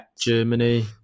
Germany